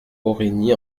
origny